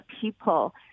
people